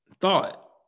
thought